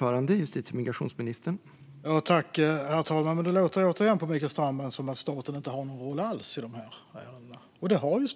Herr talman! Det låter återigen på Mikael Strandman som att staten inte har någon roll alls i dessa ärenden, men det har den ju,